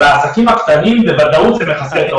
לעסקים הקטנים בוודאות זה מכסה את ההוצאות הקבועות.